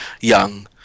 young